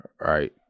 right